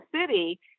city